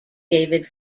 david